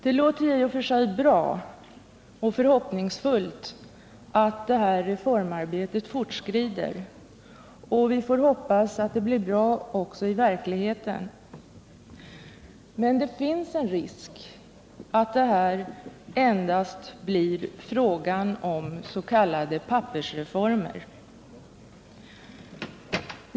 Det låter ju i och för sig bra och förhoppningsfullt att det här reformarbetet fortskrider, och vi får hoppas att det blir bra också i verkligheten. Det finns dock en risk att det endast blir fråga om ”pappersreformer”.